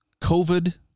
COVID